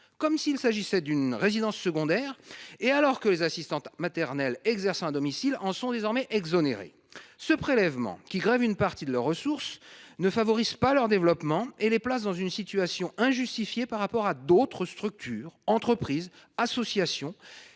comme s’il s’agissait d’une résidence secondaire et alors même que les assistantes maternelles exerçant à domicile en sont désormais exonérées. Ce prélèvement, qui grève une partie de leurs ressources, ne favorise pas leur développement et les place dans une situation injustifiée par rapport à d’autres structures, entreprises ou associations,